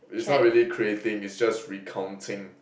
it's not really creating it's just recounting